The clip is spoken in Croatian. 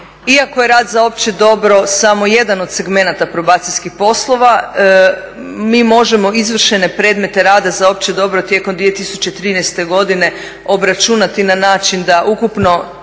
Iako je rad za opće dobro samo jedan od segmenata probacijskih poslova mi možemo izvršene predmete rada za opće dobro tijekom 2013. godine obračunati na način da ukupno